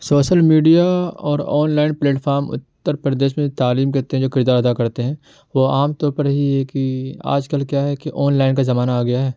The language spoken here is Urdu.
سوسل میڈیا اور online platform Uttar Pradesh میں تعلیم کے تئیں جو کردار ادا کرتے ہیں وہ عام طور پر ہی یہ کہ آج کل کیا ہے کہ آن لائن کا زمانہ آ گیا ہے